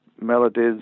melodies